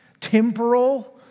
temporal